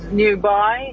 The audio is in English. nearby